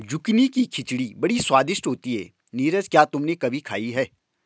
Zucchini की खिचड़ी बड़ी स्वादिष्ट होती है नीरज क्या तुमने कभी खाई है?